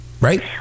right